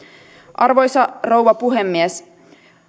arvoisa rouva puhemies